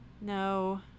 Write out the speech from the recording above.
No